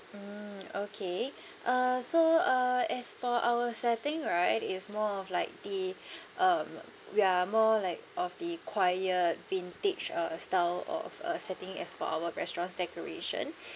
mm okay uh so uh as for our setting right it's more of like the um we are more like of the quiet vintage uh style of a setting as for our restaurant's decoration